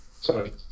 Sorry